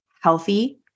healthy